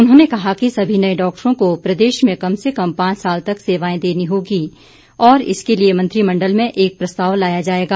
उन्होंने कहा कि सभी नए डॉक्टरों को प्रदेश में कम से कम पांच साल तक सेवाएं देनी होगी और इसके लिए मंत्रिमंडल में एक प्रस्ताव लाया जाएगा